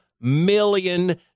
million